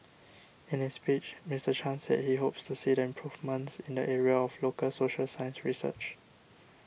in his speech Mister Chan said he hopes to see the improvements in the area of local social science research